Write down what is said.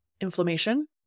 inflammation